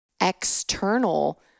external